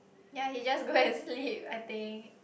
yea he just go and sleep I think